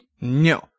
No